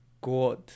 good